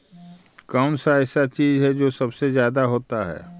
कौन सा ऐसा चीज है जो सबसे ज्यादा होता है?